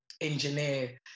engineer